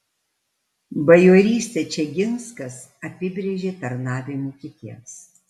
bajorystę čeginskas apibrėžė tarnavimu kitiems